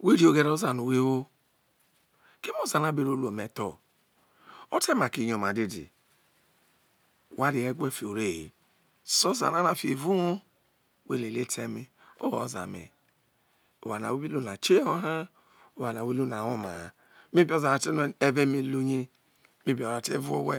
we ri oghere oza no we wo ko ote ma ku kuo me tho maki yoma dede ware ye we fi ore he so oza ra na fi evao uwo wo le ue ta eme o oza me oware no wo bi lu na kiho ha oware no we lu na woma ha may be o̱za te no we no e̱ve̱ me lu ye may be ore te vuo owe